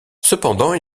cependant